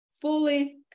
fully